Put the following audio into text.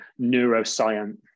neuroscience